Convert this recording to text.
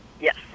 Yes